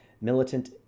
militant